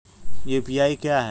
UPI क्या है?